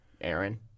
Aaron